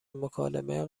مکالمه